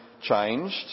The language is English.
changed